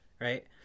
right